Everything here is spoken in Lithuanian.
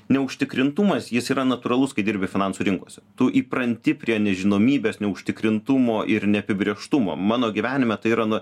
neužtikrintumas jis yra natūralus kai dirbi finansų rinkose tu įpranti prie nežinomybės neužtikrintumo ir neapibrėžtumo mano gyvenime tai yra na